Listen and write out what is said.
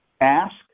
Ask